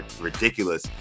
ridiculous